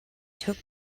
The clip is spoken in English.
took